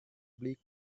bleak